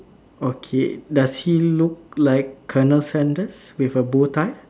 okay does he look like Colonel Sanders with a bow tie